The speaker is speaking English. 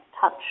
touch